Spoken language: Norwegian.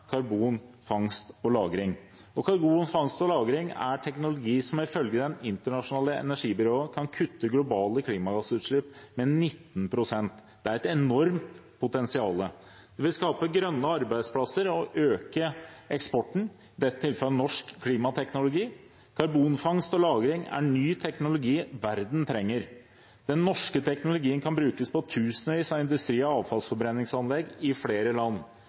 og -lagring. Karbonfangst og -lagring er teknologi som ifølge Det internasjonale energibyrået kan kutte globale klimagassutslipp med 19 pst. Det er et enormt potensial. Og det vil skape grønne arbeidsplasser og øke eksporten, i dette tilfellet av norsk klimateknologi. Karbonfangst og -lagring er en ny teknologi som verden trenger. Den norske teknologien kan brukes på tusenvis av industri- og avfallsforbrenningsanlegg i flere land.